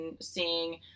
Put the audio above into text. seeing